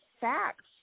facts